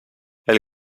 elle